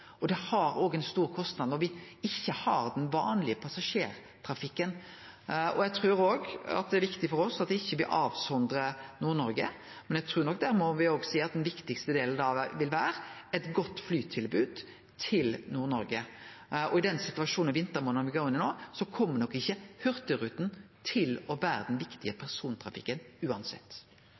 Det har ein stor kostnad når me ikkje har den vanlege passasjertrafikken. Eg trur òg det er viktig for oss at me ikkje avsondrar Nord-Noreg, men eg trur nok me må seie at den viktigaste delen vil vere eit godt flytilbod til Nord-Noreg. I denne situasjonen og med vintermånadene me går inn i no, kjem nok uansett ikkje Hurtigruten til å bere den viktige persontrafikken.